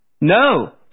No